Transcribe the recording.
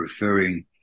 referring